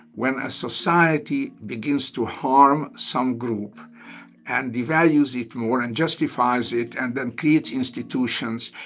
when a society begins to harm some group and devalues it more and justifies it and then creates institutions,